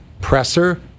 presser